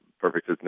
perfect